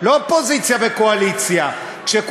לא קואליציה ואופוזיציה,